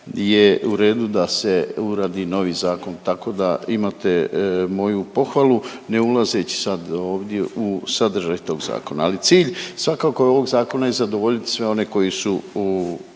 je u redu da se uradi novi zakon, tako da imate moju pohvalu ne ulazeći sad ovdje u sadržaj tog zakona. Ali cilj svakako je ovog zakona i zadovoljiti sve one koji su